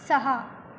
सहा